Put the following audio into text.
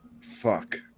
Fuck